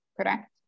correct